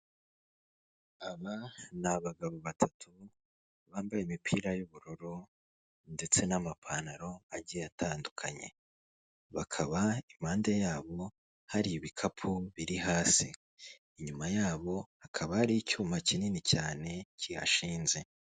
Aba ni abagabo batatu bambaye imipira y'ubururu ndetse n'amapantaro agiye atandukanye, bakaba impande yabo hari ibikapu biri hasi, inyuma yabo hakaba hari icyuma kinini cyane kihashinze.